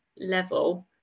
level